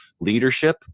leadership